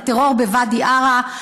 לטרור בוואדי עארה.